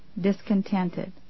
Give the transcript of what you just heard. discontented